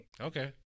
Okay